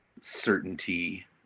certainty